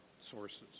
sources